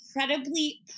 incredibly